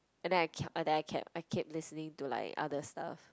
and then I kept then I kept I kept listening to like other stuff